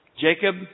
Jacob